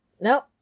Nope